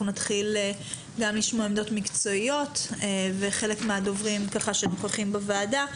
נתחיל לשמוע עמדות מקצועיות וחלק מהדוברים שנוכחים בוועדה.